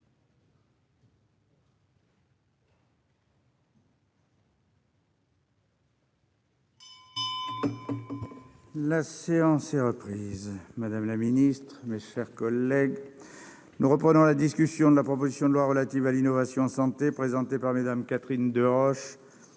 La séance est reprise, Madame la Ministre, mes chers collègues, nous reprenons la discussion de la proposition de loi relative à l'innovation santé présenté par Madame Catherine Deroche